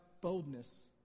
boldness